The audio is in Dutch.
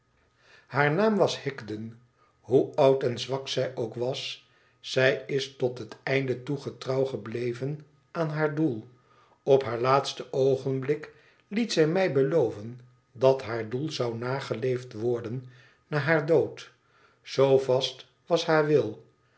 haar naam was higden hoe oud en zwak zij ook was zij is tot het einde toe getrouw gebleven aan haar doel op haar laatste oogenblik liet zij mij beloven dat haar doel zou nageleefd worden na haar dood zoo vast was haar wil